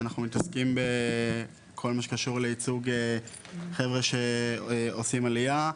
אנחנו מתעסקים בכל מה שקשור לייצוג חבר'ה שרוצים עלייה,